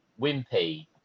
Wimpy